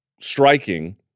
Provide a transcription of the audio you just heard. striking